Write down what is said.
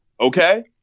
Okay